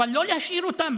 אבל לא להשאיר אותם